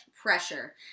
pressure